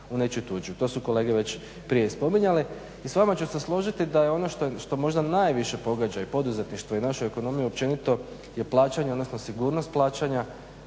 u nečiju tuđu. To su kolege već prije spominjale. I s vama ću se složiti da je ono što možda najviše pogađa i poduzetništvo i našu ekonomiju općenito je plaćanje, odnosno sigurnost plaćanja,